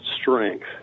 strength